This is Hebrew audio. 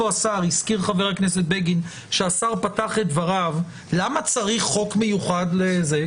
הזכיר חבר הכנסת בגין שהשר פתח את דבריו: למה צריך חוק מיוחד לזה?